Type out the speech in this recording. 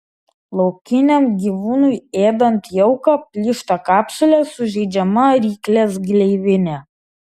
laukiniam gyvūnui ėdant jauką plyšta kapsulė sužeidžiama ryklės gleivinė